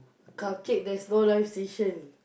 cupcake there's no live station